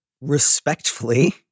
respectfully